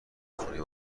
خونه